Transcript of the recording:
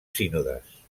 sínodes